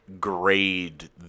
grade